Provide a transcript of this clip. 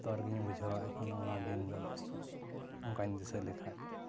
ᱵᱚᱛᱚᱨ ᱜᱮᱧ ᱵᱩᱡᱷᱟᱣᱟ ᱚᱱᱟ ᱫᱤᱱ ᱫᱚ ᱚᱱᱠᱟᱧ ᱫᱤᱥᱟᱹ ᱞᱮᱠᱷᱟᱡ